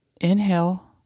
inhale